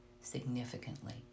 significantly